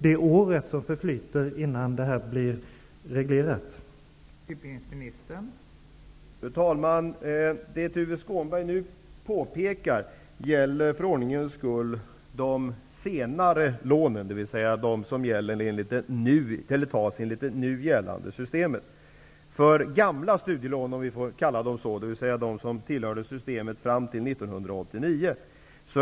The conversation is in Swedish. Samhället tjänar knappast på att kronofogden skickas